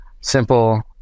Simple